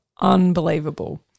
unbelievable